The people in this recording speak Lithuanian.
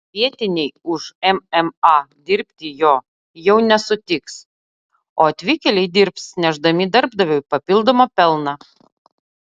vietiniai už mma dirbti jo jau nesutiks o atvykėliai dirbs nešdami darbdaviui papildomą pelną